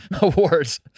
awards